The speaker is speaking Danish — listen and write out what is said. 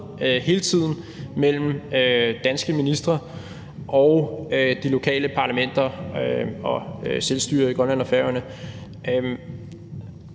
en dialog mellem danske ministre og de lokale parlamenter og selvstyrer i Grønland og på Færøerne,